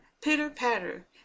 pitter-patter